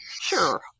Sure